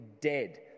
dead